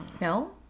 No